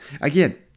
again